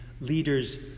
leaders